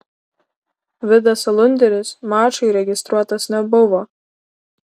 vidas alunderis mačui registruotas nebuvo